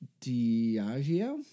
Diageo